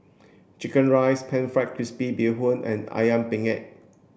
chicken rice pan fried crispy bee hoon and Ayam Penyet